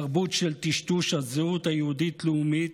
תרבות של טשטוש הזהות היהודית-לאומית,